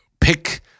pick